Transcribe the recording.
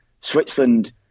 Switzerland